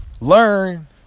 learn